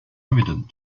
evident